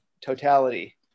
totality